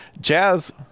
jazz